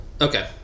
Okay